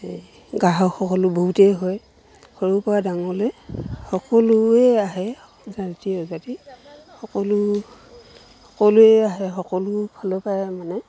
এই গ্ৰাহক সকলো বহুতেই হয় সৰুৰপৰা ডাঙৰলৈ সকলোৱে আহে জাতি অজাতি সকলো সকলোৱে আহে সকলোফালৰপৰাই মানে